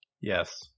Yes